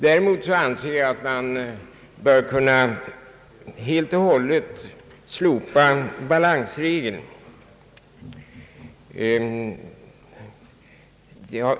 Däremot anser jag att man bör kunna helt och hållet slopa balansregeln.